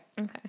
Okay